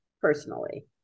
personally